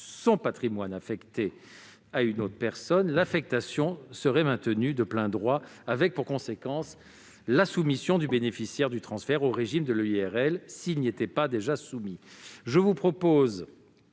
son patrimoine affecté à une autre personne, l'affectation serait maintenue de plein droit, avec pour conséquence la soumission du bénéficiaire du transfert au régime de l'EIRL s'il n'y était pas déjà soumis.